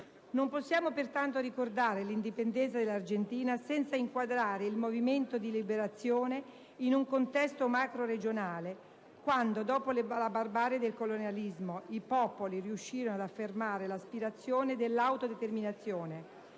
Non possiamo pertanto ricordare l'indipendenza dell'Argentina senza inquadrare il movimento di liberazione in un contesto macroregionale, quando, dopo la barbarie del colonialismo, i popoli riuscirono ad affermare l'aspirazione dell'autodeterminazione,